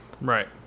Right